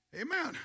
amen